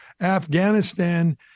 Afghanistan